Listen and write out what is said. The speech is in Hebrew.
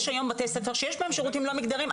יש היום בתי ספר שיש בהם שירותים לא מגדריים,